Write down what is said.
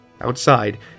Outside